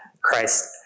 Christ